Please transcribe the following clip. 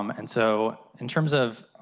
um and so in terms of